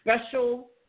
special